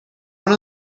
one